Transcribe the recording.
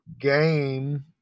game